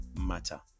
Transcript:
matter